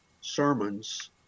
sermons